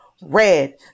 Red